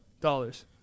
Dollars